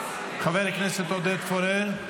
חבר הכנסת עודד פורר,